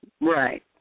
Right